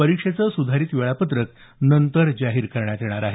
परीक्षेचं सुधारित वेळापत्रक नंतर जाहीर करण्यात येणार आहे